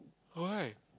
why